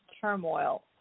turmoil